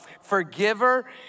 forgiver